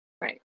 right